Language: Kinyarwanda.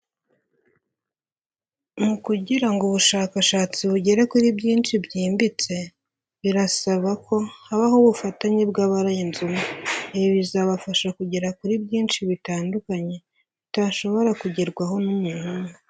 Mu kugira ngo ubushakashatsi bugere kuri byinshi byimbitse birasaba ko habaho ubufatanye bw'abarenze umwe, ibi bizabafa kugera kuri byinshi bitandukanye bitashobora kugerwaho n'umuntu umwe.